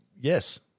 yes